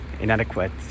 inadequate